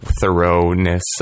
thoroughness